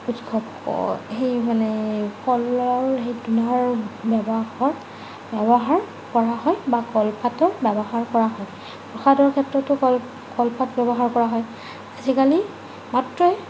সেই মানে কলৰ সেই ব্যৱহাৰ কৰা হয় বা কলপাতৰ ব্যৱহাৰ কৰা হয় প্ৰসাদৰ ক্ষেত্ৰতো কল কলপাত ব্যৱহাৰ কৰা হয় আজিকালি মাত্ৰই